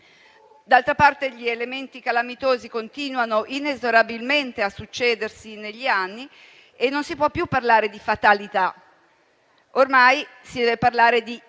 D'altra parte, gli elementi calamitosi continuano inesorabilmente a succedersi negli anni e non si può più parlare di fatalità: ormai si deve parlare di incapacità